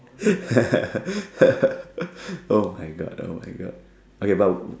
[oh]-my-God [oh]-my-God okay but